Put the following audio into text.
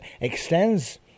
extends